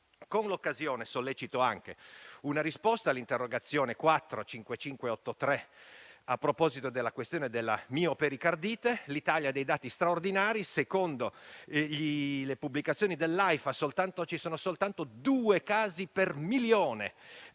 Con l’occasione, sollecito anche una risposta all’interrogazione 405583, a proposito della questione della miopericardite. L’Italia ha dati straordinari: secondo le pubblicazioni dell’Aifa, ci sono soltanto due casi per milione